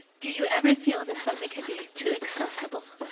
do you ever feel that something can be too accessible?